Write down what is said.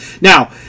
Now